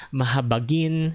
mahabagin